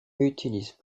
utilise